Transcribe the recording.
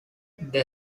the